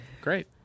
great